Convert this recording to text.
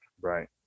right